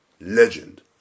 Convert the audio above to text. Legend